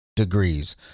degrees